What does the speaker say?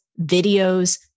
videos